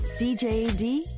CJD